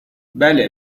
بله